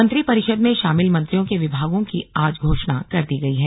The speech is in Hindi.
मंत्रिपरिषद में शामिल मंत्रियों के विभागों की आज घोषणा कर दी गई है